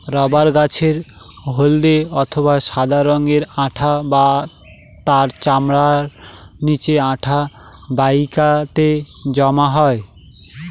rubber গাছের হল্দে অথবা সাদা রঙের আঠা তার চামড়ার নিচে আঠা বাহিকাতে জমা হয়